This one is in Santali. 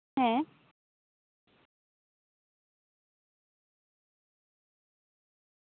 ᱦᱮᱸ